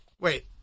Wait